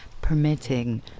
permitting